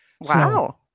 Wow